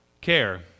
care